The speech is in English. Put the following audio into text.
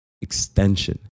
extension